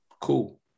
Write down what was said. Cool